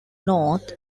north